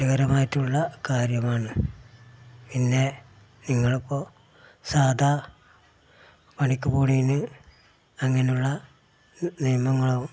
ഗൗരവമായിട്ടുള്ള കാര്യമാണ് പിന്നെ നിങ്ങളിപ്പോൾ സാധാ പണിക്കു പോണേന് അങ്ങനെയുള്ള നിയമങ്ങളോ